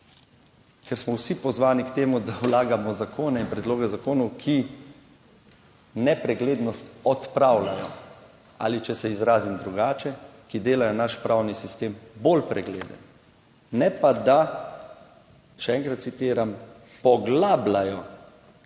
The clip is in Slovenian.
ker smo vsi pozvani k temu, da vlagamo zakone in predloge zakonov, ki nepreglednost odpravljajo ali če se izrazim drugače, ki delajo naš pravni sistem bolj pregleden, ne pa da, še enkrat citiram, poglabljajo